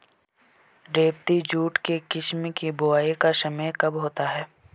रेबती jute के किस्म की बुवाई का समय कब होता है?